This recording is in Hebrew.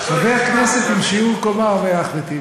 חבר כנסת עם שיעור קומה, אומר אחמד טיבי.